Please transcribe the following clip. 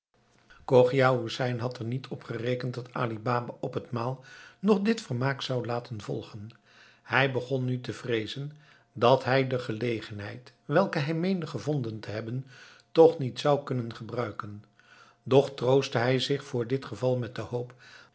chogia hoesein had er niet op gerekend dat ali baba op het maal nog dit vermaak zou laten volgen hij begon nu te vreezen dat hij de gelegenheid welke hij meende gevonden te hebben toch niet zou kunnen gebruiken doch troostte hij zich voor dit geval met de hoop